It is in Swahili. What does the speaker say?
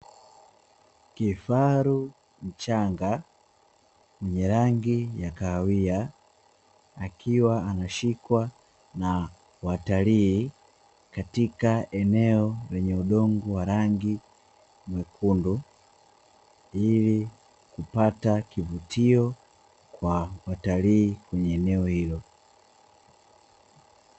Kifaru mchanga mwenye rangi ya kahawia akiwa ameshikwa na watalii katika eneo lenye udongo wa rangi nyekundu, ili kupata kivutio kwa watalii kwenye eneo hilo.